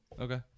Okay